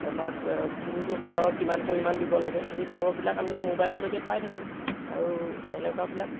বা কা কোনটো সাৰৰ কিমান পৰিমাণ দিব লাগে সেই খবৰবিলাক আমি মোবাইল যোগেদি পাই থাকোঁ আৰু এনেকুৱাবিলাক